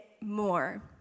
more